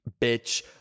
bitch